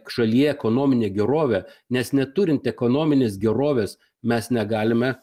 šalyje ekonominę gerovę nes neturint ekonominės gerovės mes negalime